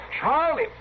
Charlie